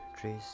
trees